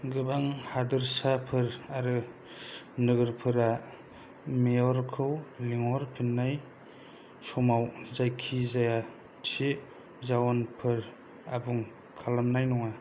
गोबां हादोरसाफोर आरो नोगोरफोरा मेयर खौ लिंहरफिननाय समाव जायखिजाया थि जाउनफोर आबुं खालामनाय नङा